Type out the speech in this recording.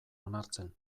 onartzen